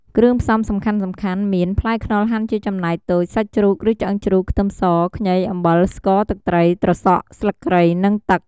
គ្រឿងផ្សំសំខាន់ៗមាន ផ្លែខ្នុរហាន់ជាចំណែកតូច សាច់ជ្រូក ឬឆ្អឹងជ្រូក ខ្ទឹមស ខ្ញី អំបិល ស្ករ ទឹកត្រី ត្រសក់ ស្លឹកគ្រៃ និង ទឹក។